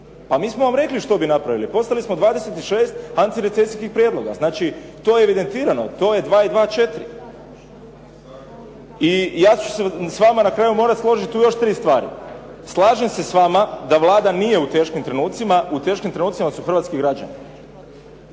Pa mi smo vam rekli što bi napravili. Poslali smo 26 antirecesijskih prijedloga. Znači, to je evidentirano. To je 2 i 2 četiri. I ja ću se s vama na kraju morati složiti u još tri stvari. Slažem se s vama da Vlada nije u teškim trenucima. U teškim trenucima su hrvatski građani.